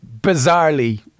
Bizarrely